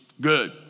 good